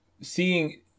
seeing